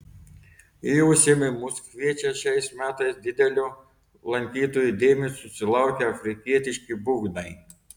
į užsiėmimus kviečia šiais metais didelio lankytojų dėmesio susilaukę afrikietiški būgnai